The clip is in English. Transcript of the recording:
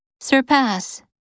Surpass